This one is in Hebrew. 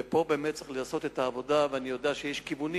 ופה צריך לעשות את העבודה ואני יודע שיש כיוונים.